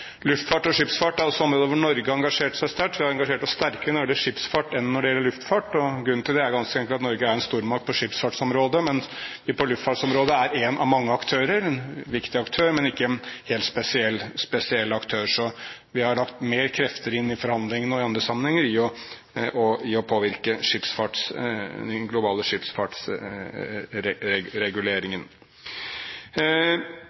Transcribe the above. Luftfart og skipsfart er også områder hvor Norge har engasjert seg sterkt. Vi har engasjert oss sterkere når det gjelder skipsfart, enn når det gjelder luftfart, og grunnen til det er ganske enkelt at Norge er en stormakt på skipsfartsområdet, mens vi på luftfartsområdet er én av mange aktører – en viktig aktør, men ikke en helt spesiell aktør. Så vi har lagt mer krefter inn i forhandlingene – og i andre sammenhenger – for å påvirke den globale